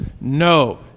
no